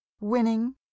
winning